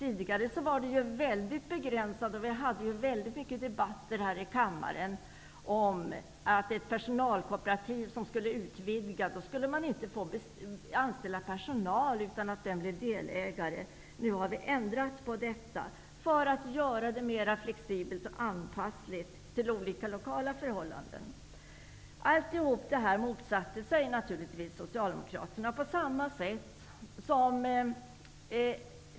Tidigare var det mycket begränsade möjligheter, och vi hade väldigt många debatter här i kammaren om personalkooperativ som vill utvidga verksamheten. Personal fick inte anställas om den som skulle anställas inte blev delägare. Nu har vi ändrat på det förhållandet för att göra det hela mera flexibelt och för att anpassa systemet till olika lokala förhållanden. Allt detta har, naturligtvis, ni socialdemokrater motsatt er.